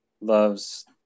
loves